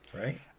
Right